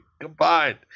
Combined